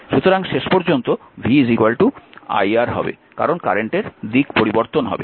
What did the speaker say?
সুতরাং শেষ পর্যন্ত v iR হবে কারণ কারেন্টের দিক পরিবর্তন হবে